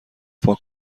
پاک